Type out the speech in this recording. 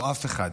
אף אחד.